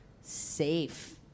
safe